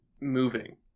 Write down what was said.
moving